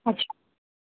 अच्छा